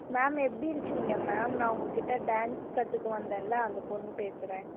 ma'am எப்படி இருக்கீங்க ma'am நான் உங்கள்கிட்ட டான்ஸ் கற்றுக்க வந்தேன்ல அந்த பொண்ணு பேசுகிறேன்